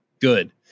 good